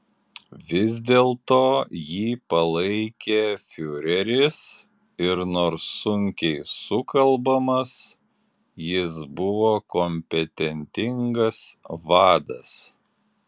vis dėlto jį palaikė fiureris ir nors sunkiai sukalbamas jis buvo kompetentingas vadas